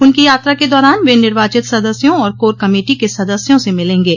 उनकी यात्रा के दौरान वे निर्वाचित सदस्यों और कोर कमेटी के सदस्यों से मिलेंगे